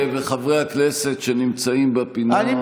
חברות וחברי הכנסת שנמצאים בפינה,